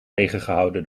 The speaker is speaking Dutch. tegengehouden